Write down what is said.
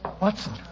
Watson